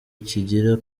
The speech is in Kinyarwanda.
kigira